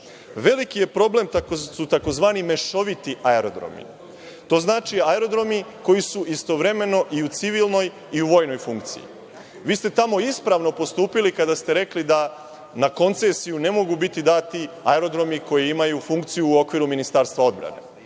Veliki problem su tzv. mešoviti aerodromi. To znači aerodromi koji su istovremeno i u civilnoj i u vojnoj funkciji. Vi ste tamo ispravno postupili kada ste rekli da na koncesiju ne mogu biti dati aerodromi koji imaju funkciju u okviru Ministarstva odbrane,